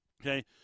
Okay